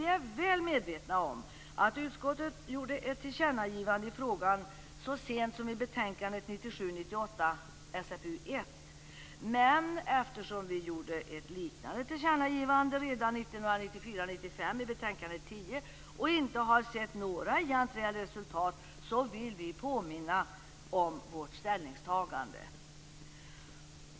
Vi är väl medvetna om att utskottet gjorde ett tillkännagivande i frågan så sent som i betänkandet 1997 95:SfU10 och inte har sett några egentliga resultat, vill vi påminna om vårt ställningstagande.